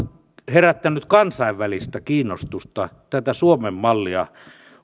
herättänyt kansainvälistä kiinnostusta tätä suomen mallia